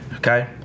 Okay